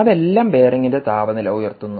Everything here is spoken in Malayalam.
അതെല്ലാം ബെയറിംഗിൻറെ താപനില ഉയർത്തുന്നു